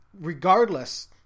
Regardless